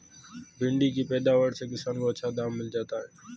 भिण्डी के पैदावार से किसान को अच्छा दाम मिल जाता है